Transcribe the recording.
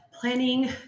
planning